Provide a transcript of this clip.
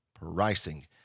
pricing